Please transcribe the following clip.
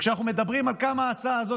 וכשאנחנו מדברים על כמה ההצעה הזאת,